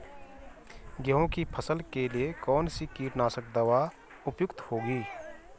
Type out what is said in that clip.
गेहूँ की फसल के लिए कौन सी कीटनाशक दवा उपयुक्त होगी?